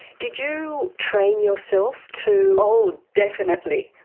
did you train yourself to? oh definitely.